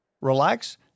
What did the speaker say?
relax